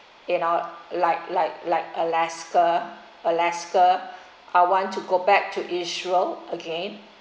you know like like like alaska alaska I want to go back to israel again